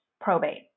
probate